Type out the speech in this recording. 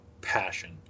passion